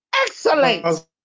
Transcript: Excellent